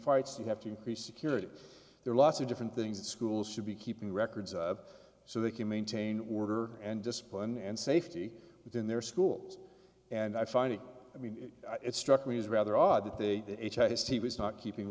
fights you have to increase security there are lots of different things that schools should be keeping records of so they can maintain order and discipline and safety within their schools and i find it i mean it struck me as rather odd that they his t was not keeping